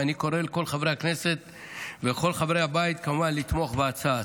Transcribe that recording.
ואני קורא לכל חברי הבית לתמוך בהצעה.